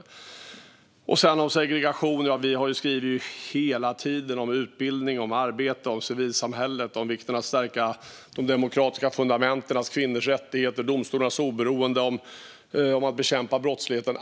När det gäller segregation skriver vi hela tiden om utbildning, om arbete, om civilsamhället, om vikten av att stärka de demokratiska fundamenten, kvinnors rättigheter och domstolars oberoende och om att bekämpa brottsligheten.